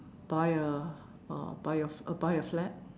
buy a uh buy a buy a flat